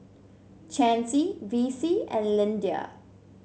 Chancey Vicie and Lyndia